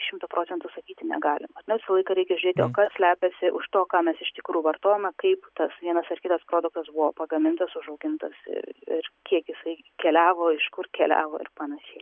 šimtu procentu sakyti negalima na visą laiką reikia žiūrėti o kas slepiasi už to ką mes iš tikrų vartojame kaip tas vienas ar kitas produktas buvo pagamintas užaugintas ir ir kiek jisai keliavo iš kur keliavo ir panašiai